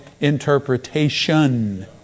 interpretation